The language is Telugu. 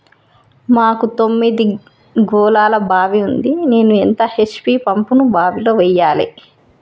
మాకు తొమ్మిది గోళాల బావి ఉంది నేను ఎంత హెచ్.పి పంపును బావిలో వెయ్యాలే?